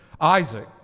Isaac